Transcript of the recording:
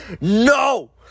No